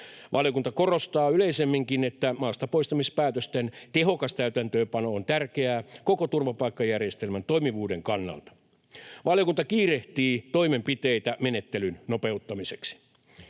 Valiokunta korostaa yleisemminkin, että maastapoistamispäätösten tehokas täytäntöönpano on tärkeää koko turvapaikkajärjestelmän toimivuuden kannalta. Valiokunta kiirehtii toimenpiteitä menettelyn nopeuttamiseksi.